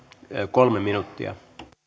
kolme minuuttia